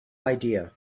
idea